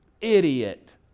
Idiot